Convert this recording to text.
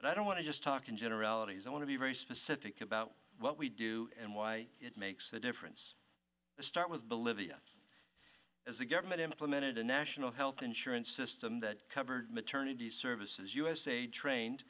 and i don't want to just talk in generalities i want to be very specific about what we do and why it makes a difference to start with bolivia as a government implemented a national health insurance system that covered maternity services usa trained